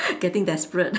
getting desperate